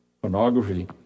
pornography